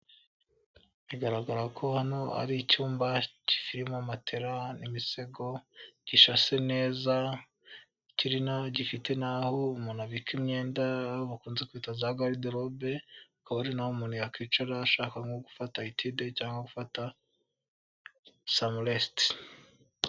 Bigaragara ko hano ari icyumba kirimo matera n'imisego gishashe neza kirimo gifite n'aho umuntu abika imyenda bakunze kwita za gariderobe akaba ari naho umuntu yakwicara ashaka nko gufata etide cyangwa gufata sani resite.